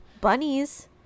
Bunnies